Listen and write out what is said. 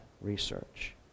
research